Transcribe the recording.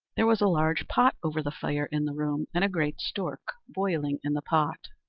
there was a large pot over the fire in the room, and a great stork boiling in the pot.